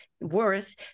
worth